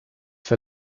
für